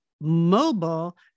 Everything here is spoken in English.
mobile